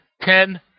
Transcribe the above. ten